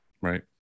Right